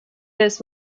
this